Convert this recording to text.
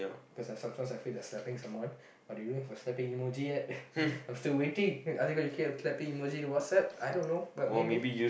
cause like sometimes I feel like slapping someone but they don't have a slapping emoji yet I'm still waiting are they gonna slapping emoji in WhatsApp I don't know but maybe